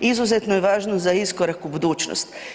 Izuzetno je važno za iskorak u budućnost.